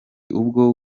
ubwo